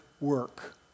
work